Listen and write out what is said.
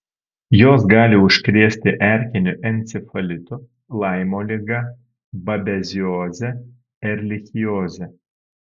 jos gali užkrėsti erkiniu encefalitu laimo liga babezioze erlichioze